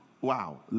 Wow